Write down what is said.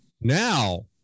Now